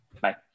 Bye